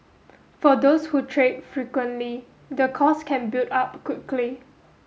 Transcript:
for those who trade frequently the cost can build up quickly